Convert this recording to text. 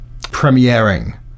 premiering